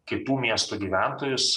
kitų miestų gyventojus